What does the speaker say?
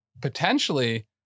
potentially